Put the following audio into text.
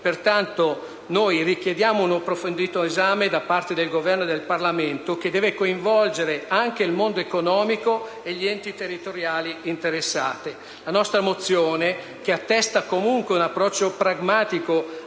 Pertanto, noi richiediamo un approfondito esame da parte del Governo e del Parlamento, che deve coinvolgere anche il mondo economico e gli enti territoriali interessati. La nostra mozione attesta comunque un approccio pragmatico